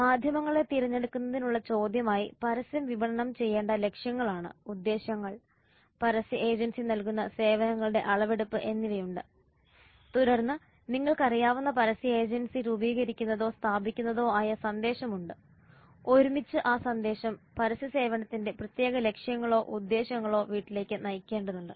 മാധ്യമങ്ങളെ തിരഞ്ഞെടുക്കുന്നതിനുള്ള ചോദ്യമായി പരസ്യം വിപണനം ചെയ്യേണ്ട ലക്ഷ്യങ്ങളാണ് ഉദ്ദേശ്യങ്ങൾ പരസ്യ ഏജൻസി നൽകുന്ന സേവനങ്ങളുടെ അളവെടുപ്പ് എന്നിവയുണ്ട് തുടർന്ന് നിങ്ങൾക്ക് അറിയാവുന്ന പരസ്യ ഏജൻസി രൂപീകരിക്കുന്നതോ സ്ഥാപിക്കുന്നതോ ആയ സന്ദേശമുണ്ട് ഒരുമിച്ച് ആ സന്ദേശം പരസ്യ സേവനത്തിന്റെ പ്രത്യേക ലക്ഷ്യങ്ങളോ ഉദ്ദേശ്യങ്ങളോ വീട്ടിലേക്ക് നയിക്കേണ്ടതുണ്ട്